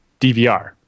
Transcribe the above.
DVR